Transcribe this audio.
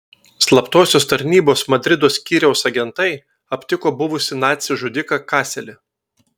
slaptosios tarnybos madrido skyriaus agentai aptiko buvusį nacį žudiką kaselį